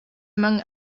among